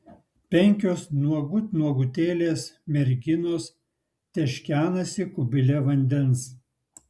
penkios nuogut nuogutėlės merginos teškenasi kubile vandens